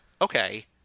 okay